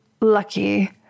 lucky